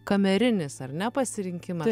kamerinis ar ne pasirinkimas